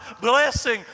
blessing